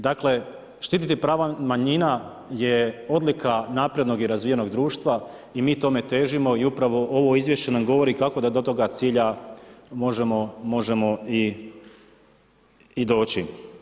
Dakle štititi prava manjina je odlika naprednog i razvijenog društva i mi tome težimo i upravo ovo izvješće nam govori kako da do toga cilja možemo i doći.